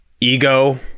ego